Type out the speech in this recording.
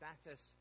status